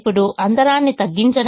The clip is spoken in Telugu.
ఇప్పుడు అంతరాన్ని తగ్గించడం